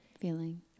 feeling